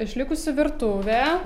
išlikusi virtuvė